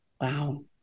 Wow